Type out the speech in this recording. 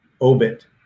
obit